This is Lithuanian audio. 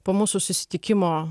po mūsų susitikimo